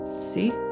see